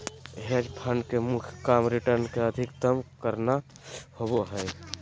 hedge fund के मुख्य काम रिटर्न के अधीकतम करना होबो हय